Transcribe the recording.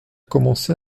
commencé